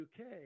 UK